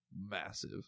massive